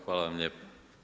Hvala vam lijepa.